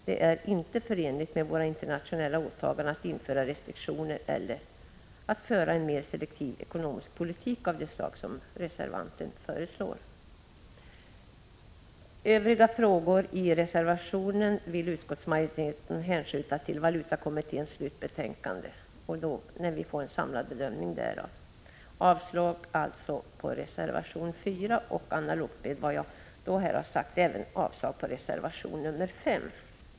Det är inte förenligt med våra internationella åtaganden att införa restriktioner eller föra en mera selektiv ekonomisk politik av det slag som reservanten föreslår. De övriga frågorna i reservationen vill utskottsmajoriteten hänskjuta till behandlingen av valutakommitténs slutbetänkande, när vi får en samlad bedömning i frågan. Jag yrkar alltså avslag på reservation 4. Analogt med vad jag sagt yrkar jag även avslag på reservation 5.